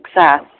success